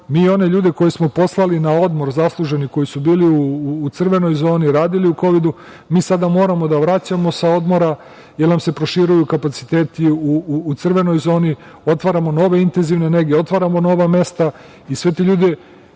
mi one ljude koje smo poslali na zasluženi odmor, koji su bili u crvenoj zoni i radili u kovidu, mi sada moramo da vraćamo sa odmora, jer nam se proširuju kapaciteti u crvenoj zoni. Otvaramo nove intenzivne nege, otvaramo nova mesta, i sve te ljude